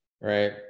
right